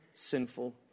sinful